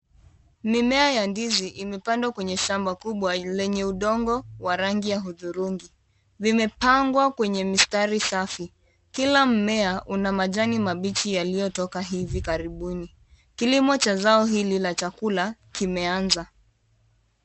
Mimea ya ndizi limepandwa kwa shamba kubwa lenye udongo wa rangi ya hudhurungi. Limepangwa kwenye mistari safi. Kila mmea una majani mabichi yaliyotoka hivi karibuni. Kilimo cha zao hili la chakula kimeanza.